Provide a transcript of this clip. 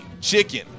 chicken